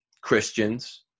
Christians